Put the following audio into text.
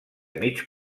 mig